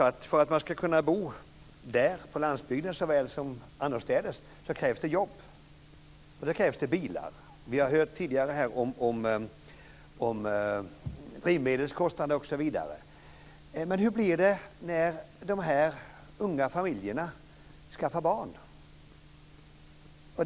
För att man ska kunna bo såväl på landsbygden som annorstädes krävs det jobb, och då krävs det bilar. Vi har tidigare hört om drivmedelskostnader osv. Hur blir det när dessa unga familjer skaffar barn?